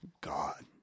god